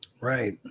Right